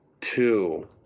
two